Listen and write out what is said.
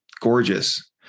gorgeous